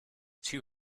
two